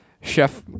Chef